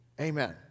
Amen